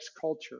culture